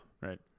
right